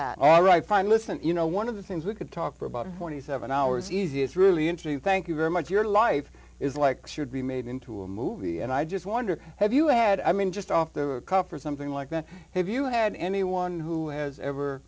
that all right fine listen you know one of the things we could talk for about twenty seven hours easy is really intrigued thank you very much your life is like should be made into a movie and i just wonder if you had i mean just off the cuff or something like that have you had anyone who has ever